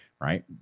Right